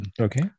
okay